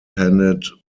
handed